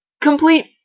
Complete